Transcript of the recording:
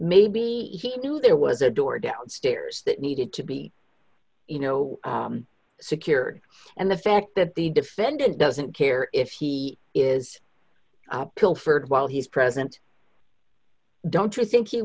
maybe he knew there was a door downstairs that needed to be you know secured and the fact that the defendant doesn't care if he is pilfered while he's present don't you think